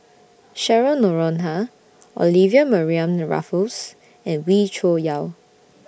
Cheryl Noronha Olivia Mariamne Raffles and Wee Cho Yaw